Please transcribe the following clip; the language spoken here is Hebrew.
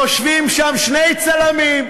יושבים שם שני צלמים,